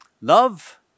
love